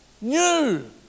New